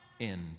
end